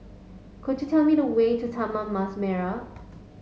could you tell me the way to Taman Mas Merah